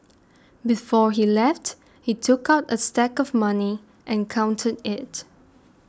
before he left he took out a stack of money and counted it